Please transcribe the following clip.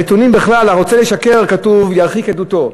הנתונים בכלל, הרוצה לשקר, כתוב, ירחיק עדותו.